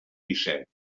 disset